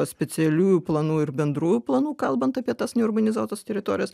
specialiųjų planų ir bendrųjų planų kalbant apie tas neurbanizuotas teritorijas